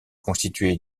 constitué